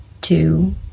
two